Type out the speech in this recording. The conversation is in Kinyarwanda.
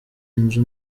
inzu